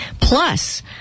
Plus